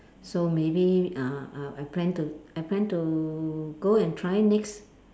so maybe uh uh I plan to I plan to go and try next